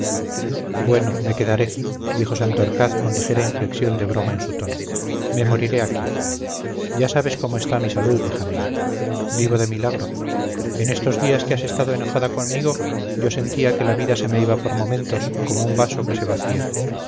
bueno me quedaré dijo santorcaz con ligera inflexión de broma en su tono me moriré aquí ya sabes cómo está mi salud hija mía vivo de milagro en estos días que has estado enojada conmigo yo sentía que la vida se me iba por momentos como un vaso que se vacía